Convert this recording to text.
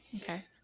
Okay